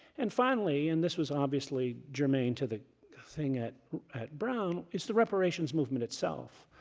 and finally, and this was obviously germane to the thing at at brown, is the reparations movement itself.